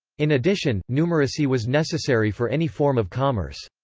in addition, numeracy was necessary for any form of commerce.